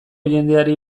jendeari